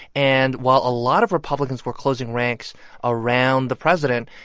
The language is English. and while a lot of republicans were closing ranks around the president,